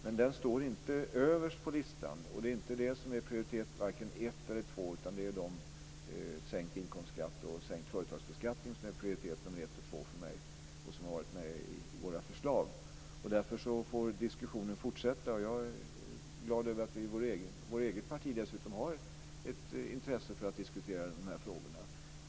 Men den står inte överest på listan, och det är inte det som är vare sig prioritet ett eller två, utan det är en sänkning av inkomstskatten och en sänkning av företagsbeskattningen som är prioritet ett och två för mig och som har funnits med i våra förslag. Därför får diskussionen fortsätta. Jag är glad över att vi i vårt eget parti dessutom har ett intresse för att diskutera dessa frågor.